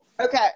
Okay